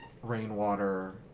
Rainwater